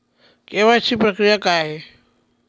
KYC प्रक्रिया काय आहे?